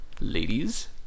Ladies